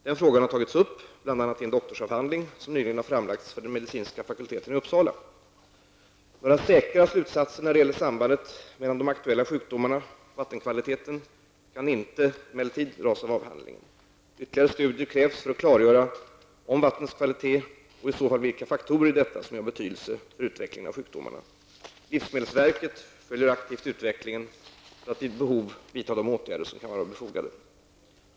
Denna fråga har tagits upp bl.a. i en doktorsavhandling som nyligen har framlagts för den medicinska fakulteten i Uppsala. Några säkra slutsatser när det gäller sambandet mellan de aktuella sjukdomarna och vattenkvaliteten kan emellertid inte dras av avhandlingen. Ytterligare studier krävs för att klargöra om vattnets kvalitet är av betydelse för utvecklingen av sjukdomarna och vilka faktorer som i så fall ligger bakom detta. Livsmedelsverket följer aktivt utvecklingen för att vid behov vidta de åtgärder som kan vara befogade.